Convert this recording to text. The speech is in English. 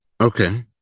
okay